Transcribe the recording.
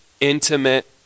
intimate